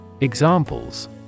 Examples